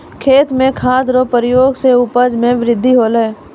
खेत मे खाद रो प्रयोग से उपज मे बृद्धि होलै